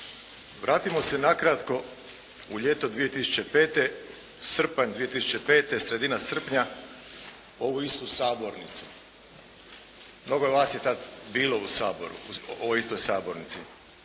Vratimo se nakratko u ljeto 2005., srpanj 2005., sredina srpnja, ovu istu Sabornicu, mnogo vas je tad bilo u Saboru, ovoj istoj Sabornici.